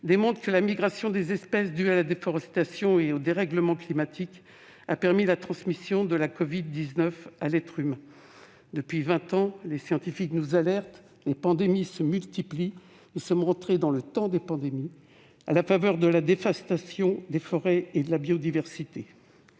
démontre que la migration des espèces due à la déforestation et au dérèglement climatique a permis la transmission de la covid-19 à l'être humain. Depuis vingt ans, les scientifiques nous alertent : nous sommes entrés dans le temps de la multiplication des pandémies, à la faveur de la dévastation des forêts et de la biodiversité.